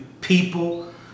people